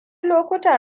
lokutan